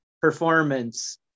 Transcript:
performance